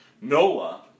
Noah